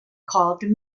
called